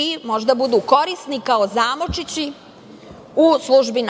i možda budu korisni kao zamorčići u službi